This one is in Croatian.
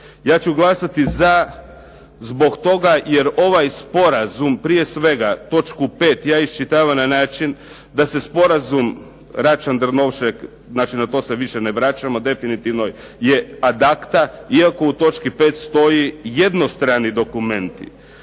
Ja ću glasati za, zbog toga jer ovaj sporazum prije svega točku 5., ja isčitavam na način da se sporazum Račan-Drnovšek, znači na to se više ne vraćamo, definitivno je ad acta, iako u točki 5. stoji jednostrani dokumenti.